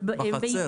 בחצר.